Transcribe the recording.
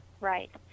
Right